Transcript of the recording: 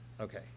Okay